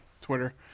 Twitter